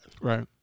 Right